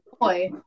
boy